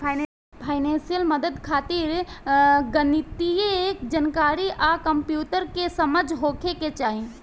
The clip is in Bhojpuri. फाइनेंसियल मदद खातिर गणितीय जानकारी आ कंप्यूटर के समझ होखे के चाही